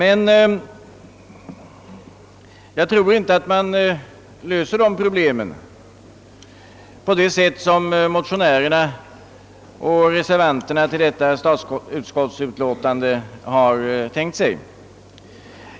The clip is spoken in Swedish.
Men jag tror inte att man löser de problemen på det sätt som motionärerna och reservanterna till detta statsutskottsutlåtande har tänkt sig.